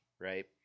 right